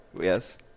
Yes